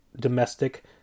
domestic